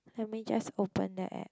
let me just open the app